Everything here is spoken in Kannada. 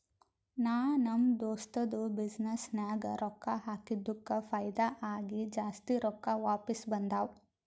ನಾ ನಮ್ ದೋಸ್ತದು ಬಿಸಿನ್ನೆಸ್ ನಾಗ್ ರೊಕ್ಕಾ ಹಾಕಿದ್ದುಕ್ ಫೈದಾ ಆಗಿ ಜಾಸ್ತಿ ರೊಕ್ಕಾ ವಾಪಿಸ್ ಬಂದಾವ್